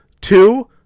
Two